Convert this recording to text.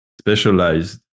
specialized